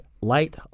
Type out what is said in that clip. light